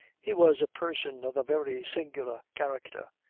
he was a person of a very singular character.